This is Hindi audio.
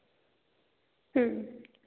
तो अस्सी हज़ार कुछ ज़्यादा नहीं बता रही हैं